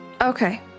Okay